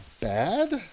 bad